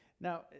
Now